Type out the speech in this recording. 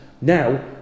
Now